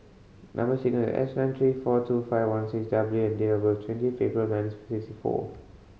number sequence S nine three four two five one six W and date of birth twenty April nineteen sixty four